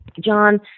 John